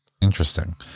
interesting